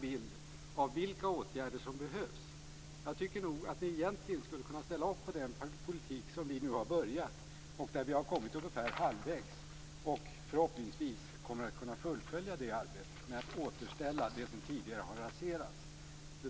Jag tycker nog att ni egentligen skulle kunna ställa upp på den politik som vi nu har påbörjat och kommit ungefär halvvägs med. Förhoppningsvis kommer vi med den också att kunna fullfölja arbetet med att återställa det som tidigare har raserats.